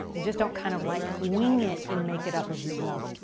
you just don't kind of like wing it and make it up as you go.